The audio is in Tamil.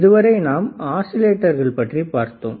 இதுவரை நாம் ஆசிலேட்டர்களைப் பற்றி பார்த்தோம்